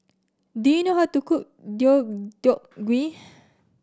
do you know how to cook Deodeok Gui